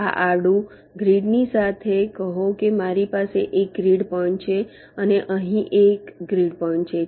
આ આડું ગ્રીડની સાથે કહો કે મારી પાસે એક ગ્રીડ પોઈન્ટ છે અને અહીં એક ગ્રીડ પોઈન્ટ છે